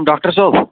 doctor صٲب